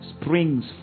springs